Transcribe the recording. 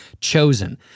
chosen